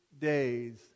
days